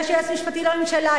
יש יועץ משפטי לממשלה,